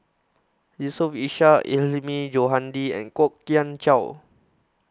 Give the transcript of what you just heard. Yusof Ishak Hilmi Johandi and Kwok Kian Chow